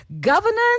Governance